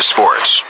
Sports